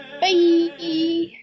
Bye